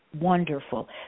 Wonderful